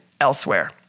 elsewhere